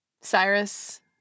Cyrus